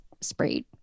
sprayed